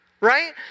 Right